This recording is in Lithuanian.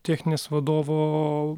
technines vadovo